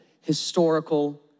historical